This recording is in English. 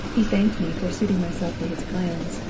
he thanked me for suiting myself to his plans,